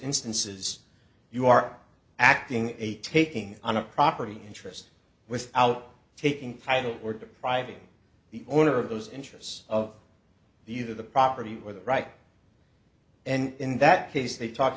instances you are acting a taking on a property interest with out taking private or depriving the owner of those interests of the either the property or the right and in that case they talked